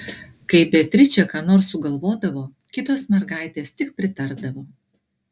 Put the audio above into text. kai beatričė ką nors sugalvodavo kitos mergaitės tik pritardavo